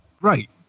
Right